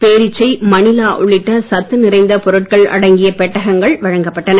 பேரீச்சை மணிலா உள்ளிட்ட சத்து நிறைந்த பொருட்கள் அடங்கிய பெட்டகங்கள் வழங்கப்பட்டன